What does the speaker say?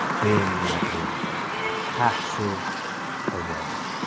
being in that movie, that passive awareness.